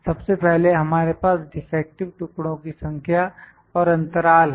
सबसे पहले हमारे पास डिफेक्टिव टुकड़ों की संख्या और अंतराल हैं